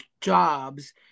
jobs